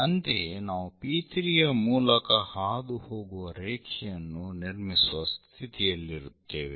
ಅಂತೆಯೇ ನಾವು P3 ಯ ಮೂಲಕ ಹಾದುಹೋಗುವ ರೇಖೆಯನ್ನು ನಿರ್ಮಿಸುವ ಸ್ಥಿತಿಯಲ್ಲಿರುತ್ತೇವೆ